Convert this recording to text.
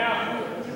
מאה אחוז.